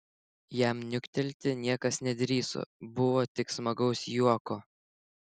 jam niuktelti niekas nedrįso buvo tik smagaus juoko